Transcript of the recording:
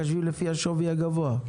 מחשבים לפי השווי הגבוה.